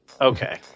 Okay